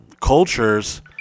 cultures